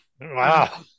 Wow